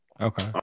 Okay